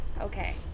Okay